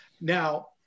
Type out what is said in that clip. Now